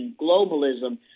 globalism